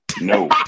No